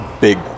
big